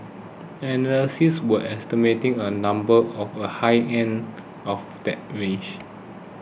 analysts were estimating a number of the high end of that range